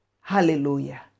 Hallelujah